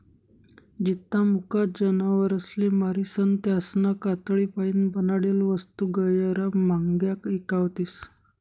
जित्ता मुका जनावरसले मारीसन त्यासना कातडीपाईन बनाडेल वस्तू गैयरा म्हांग्या ईकावतीस